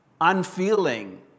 unfeeling